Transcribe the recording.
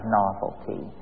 novelty